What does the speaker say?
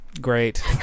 Great